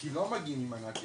כי לא מגיעים עם מנת יתר,